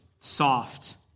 soft